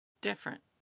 different